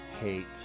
hate